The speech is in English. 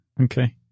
Okay